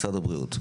משרד הבריאות.